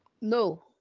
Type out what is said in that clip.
No